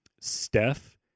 Steph